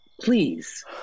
please